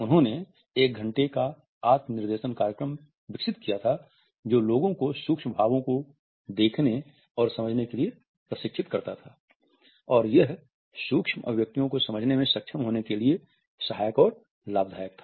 उन्होंने एक घंटे का आत्म निर्देश कार्यक्रम विकसित किया था जो लोगों को सूक्ष्म भावों को देखने और समझने के लिए प्रशिक्षित करता था और यह सूक्ष्म अभिव्यक्तियों को समझने में सक्षम होने के लिए सहायक और लाभदायक है